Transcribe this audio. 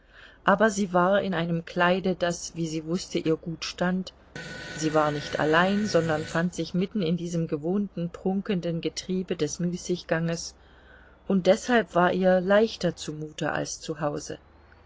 aber sie war in einem kleide das wie sie wußte ihr gut stand sie war nicht allein sondern fand sich mitten in diesem gewohnten prunkenden getriebe des müßigganges und deshalb war ihr leichter zumute als